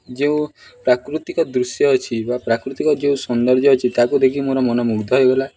ଯେଉଁ ପ୍ରାକୃତିକ ଦୃଶ୍ୟ ଅଛି ବା ପ୍ରାକୃତିକ ଯେଉଁ ସୌନ୍ଦର୍ଯ୍ୟ ଅଛି ତାକୁ ଦେଖି ମୋର ମନମୁଗ୍ଧ ହୋଇଗଲା